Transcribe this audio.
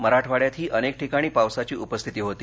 मराठवाड्यातही अनेक ठिकाणी पावसाची उपस्थिती होती